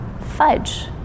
fudge